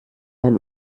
ein